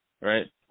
right